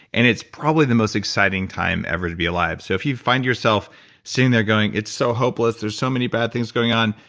and it's probable the most exciting time ever to be alive so if you find yourself sitting there going, it's so hopeless. there's so many bad things going on.